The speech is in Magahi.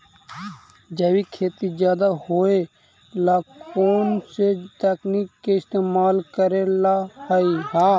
जैविक खेती ज्यादा होये ला कौन से तकनीक के इस्तेमाल करेला हई?